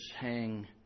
hang